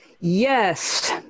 Yes